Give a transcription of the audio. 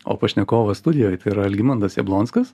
o pašnekovas studijoj tai yra algimantas jablonskas